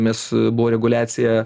nes buvo reguliacija